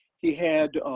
he had